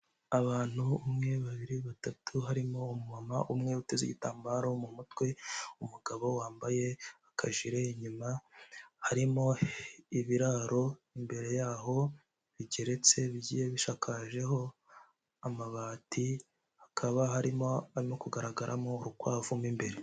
Abantu umwe, babiri, batatu; barimo umuma umwe uteze igitambaro mu mutwe, umugabo wambaye akajire, inyuma harimo ibiraro, imbere yaho bigeretse bishakajeho amabati, hakaba harimo kugaragaramo urukwavumo imbere.